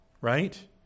right